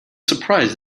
surprised